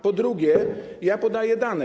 Po drugie, podaję dane.